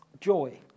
Joy